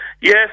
Yes